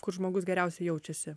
kur žmogus geriausiai jaučiasi